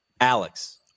Alex